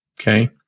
Okay